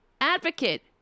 advocate